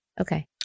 Okay